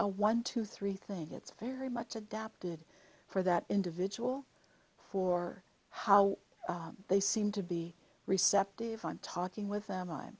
a one two three thing it's very much adapted for that individual for how they seem to be receptive i'm talking with them i'm